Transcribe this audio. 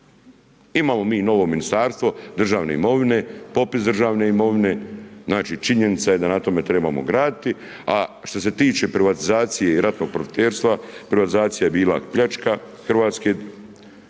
Imamo mi novo Ministarstvo državne imovine, popis državne imovine, znači činjenica je da na tome trebamo graditi. A što se tiče privatizacije i ratnog profiterstva, privatizacija je bila pljačka Hrvatske